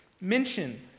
mention